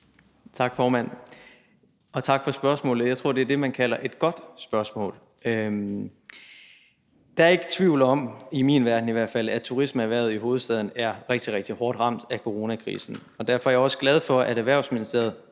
Tak, formand, og tak for spørgsmålet. Jeg tror, det er det, man kalder et godt spørgsmål. Der er ikke tvivl om – i hvert fald ikke i min verden – at turismeerhvervet i hovedstaden er rigtig, rigtig hårdt ramt af coronakrisen. Derfor er jeg også glad for, at Erhvervsministeriet,